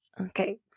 Okay